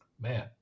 man